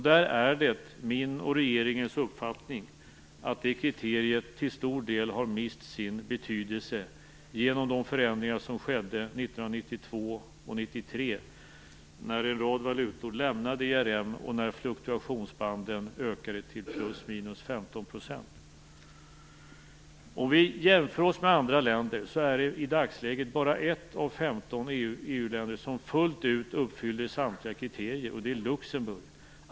Det är min och regeringens uppfattning att det kriteriet till stor del har mist sin betydelse genom de förändringar som skedde 1992 och 1993 när en rad valutor lämnade ERM och när fluktuationsbanden ökade till ±15 %. Om vi jämför oss med andra länder är det i dagsläget bara ett av 15 EU-länder som fullt ut uppfyller samtliga kriterier, och det är Luxemburg.